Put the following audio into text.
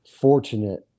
fortunate